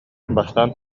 бастаан